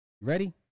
Ready